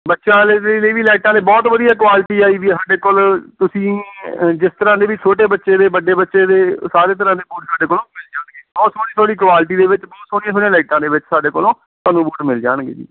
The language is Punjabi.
ਬੱਚਿਆਂ ਵਾਲੇ ਦੇ ਲਈ ਵੀ ਲਾਈਟਾਂ ਦੇ ਬਹੁਤ ਵਧੀਆ ਕੁਆਲਿਟੀ ਆਈ ਵੀ ਆ ਸਾਡੇ ਕੋਲ ਤੁਸੀਂ ਜਿਸ ਤਰ੍ਹਾਂ ਦੇ ਵੀ ਛੋਟੇ ਬੱਚੇ ਦੇ ਵੱਡੇ ਬੱਚੇ ਦੇ ਸਾਰੇ ਤਰ੍ਹਾਂ ਦੇ ਬੂਟ ਸਾਡੇ ਕੋਲੋਂ ਮਿਲ ਜਾਣਗੇ ਬਹੁਤ ਸੋਹਣੀ ਸੋਹਣੀ ਕੁਆਲਿਟੀ ਦੇ ਬਹੁਤ ਸੋਹਣੀਆਂ ਸੋਹਣੀਆਂ ਲਾਈਟਾਂ ਦੇ ਵਿੱਚ ਸਾਡੇ ਕੋਲੋਂ ਤੁਹਾਨੂੰ ਬੂਟ ਮਿਲ ਜਾਣਗੇ ਜੀ